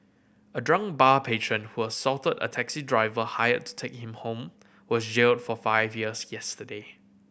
a drunk bar patron who assaulted a taxi driver hired to take him home was jailed for five years yesterday